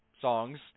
songs